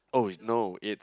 oh is no it's